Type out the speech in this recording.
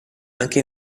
anche